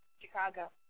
Chicago